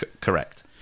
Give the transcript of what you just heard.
correct